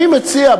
אני מציע,